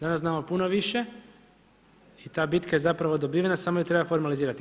Danas znamo puno više i ta bitka je zapravo dobivena, samo ju treba formalizirati.